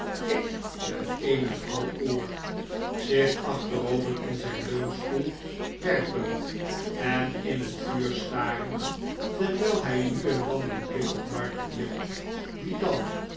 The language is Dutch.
ik ben een en al oor zich achterover in zijn leunstoel werpend en in het vuur starend terwijl hij nu en dan een blik op mark wierp die dan